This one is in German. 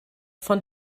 von